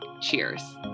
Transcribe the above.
Cheers